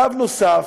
שלב נוסף,